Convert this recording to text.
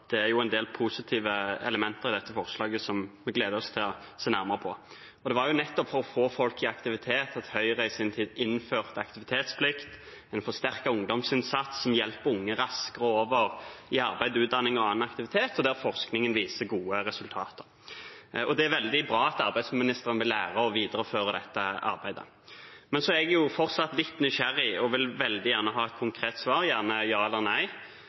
det er en del positive elementer i dette forslaget som vi gleder oss til å se nærmere på. Det var nettopp for å få folk i aktivitet at Høyre i sin tid innførte aktivitetsplikt, en forsterket ungdomsinnsats, som hjelper unge raskt over i arbeid, utdanning og annen aktivitet, og forskningen viser gode resultater. Det er veldig bra at arbeidsministeren vil lære og videreføre dette arbeidet. Men jeg er fortsatt litt nysgjerrig og vil veldig gjerne ha et konkret svar – gjerne ja eller nei